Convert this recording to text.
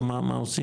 או מה עושים?